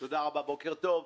תודה רבה, בוקר טוב.